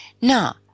Now